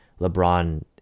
LeBron